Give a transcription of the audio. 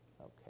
Okay